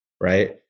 Right